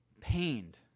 pained